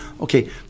Okay